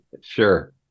Sure